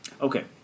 Okay